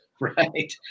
right